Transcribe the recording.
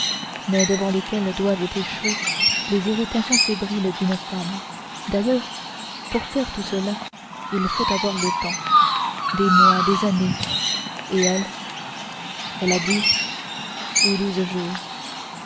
mais devant lesquelles doivent échouer les irritations fébriles d'une femme d'ailleurs pour faire tout cela il faut avoir le temps des mois des années et elle elle a dix ou douze jours